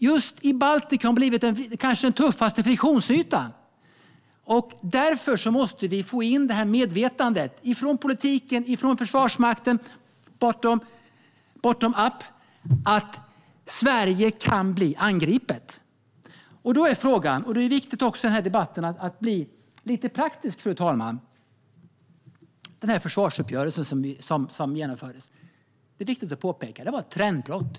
Just i Baltikum har det kanske blivit den tuffaste friktionsytan. Därför måste vi få in det här medvetandet från politiken och från Försvarsmakten, bottom-up, att Sverige kan bli angripet. Det är viktigt i den här debatten att bli lite praktisk, fru talman. Det är viktigt att påpeka att den försvarsuppgörelse som genomfördes var ett trendbrott.